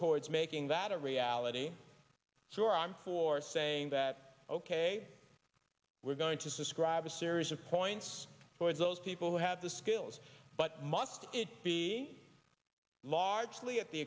towards making that a reality sure i'm for saying that ok we're going to subscribe a series of points for those people who have the skills but must it be largely at the